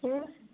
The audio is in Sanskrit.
ह्म्